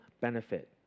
benefit